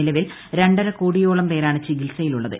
നിലവിൽ രണ്ടരകോടിയോളം പേരാണ് ചികിത്സയിലുള്ളത്